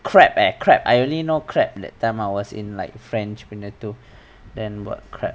crab eh crab I only know crab that time I was in like french punya tu then buat crab